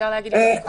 אפשר להגיד לפי מרחק.